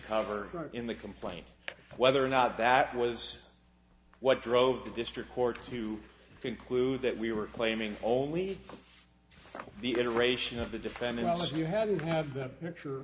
cover in the complaint whether or not that was what drove the district court to conclude that we were claiming only the iteration of the defendants you hadn't have th